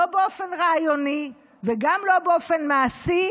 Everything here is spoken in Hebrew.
לא באופן רעיוני וגם לא באופן מעשי,